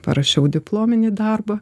parašiau diplominį darbą